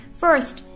first